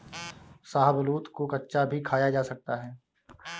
शाहबलूत को कच्चा भी खाया जा सकता है